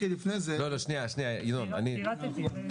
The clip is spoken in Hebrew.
פירטתי.